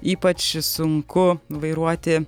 ypač sunku vairuoti